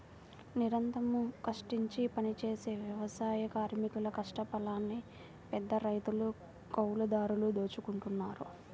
నిరంతరం కష్టించి పనిజేసే వ్యవసాయ కార్మికుల కష్టఫలాన్ని పెద్దరైతులు, కౌలుదారులు దోచుకుంటన్నారు